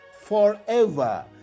forever